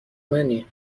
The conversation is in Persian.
منی